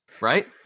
right